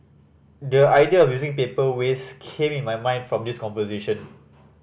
the idea of using paper waste came in my mind from this conversation